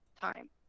time